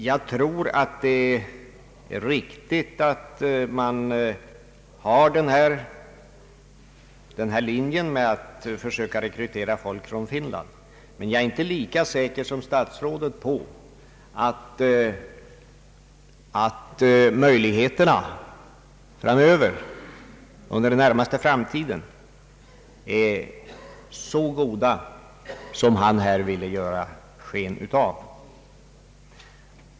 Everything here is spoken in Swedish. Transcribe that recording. Jag tror att det är riktigt att man följer linjen att försöka rekrytera arbetskraft från Finland, men jag är inte lika säker som statsrådet på att de möjligheterna under den närmaste framtiden är så goda som han ville ge sken av.